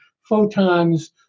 photons